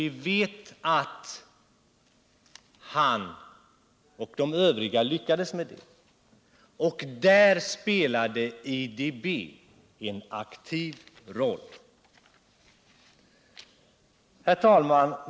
Vi vet att han och de övriga lyckades med det — och därvid spelade IDB en aktiv roll. Herr talman!